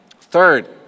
third